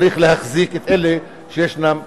צריך להחזיק את אלה שישנם בארץ.